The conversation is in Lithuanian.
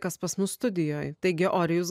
kas pas mus studijoj taigi orijus